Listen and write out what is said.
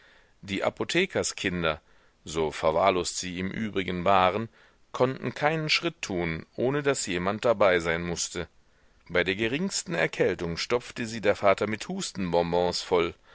die apothekerskinder so verwahrlost sie im übrigen waren konnten keinen schritt tun ohne daß jemand dabei sein mußte bei der geringsten erkältung stopfte sie der vater mit hustenbonbons voll